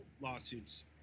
lawsuits